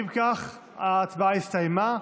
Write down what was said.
אם כך, ההצבעה הסתיימה.